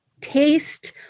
taste